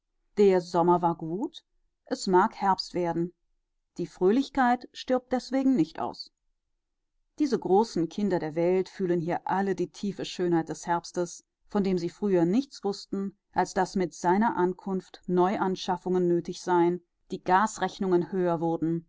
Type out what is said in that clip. der sommer war gut es mag herbst werden die fröhlichkeit stirbt deswegen nicht aus diese großen kinder der welt fühlen hier alle die tiefe schönheit des herbstes von dem sie früher nichts wußten als daß mit seiner ankunft neuanschaffungen nötig seien die gasrechnungen höher wurden